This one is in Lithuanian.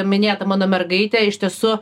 minėta mano mergaitė iš tiesų